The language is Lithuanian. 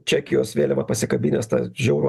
čekijos vėliavą pasikabinęs tą žiaurų